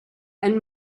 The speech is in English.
and